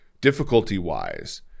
difficulty-wise